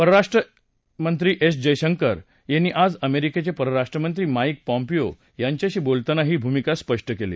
परराष्ट्रमंत्री एस जयशंकर यांनी आज अमेरिकेचे परराष्ट्रमंत्री माईक पॉम्पियो यांच्याशी बोलताना ही भूमिका स्पष्ट केली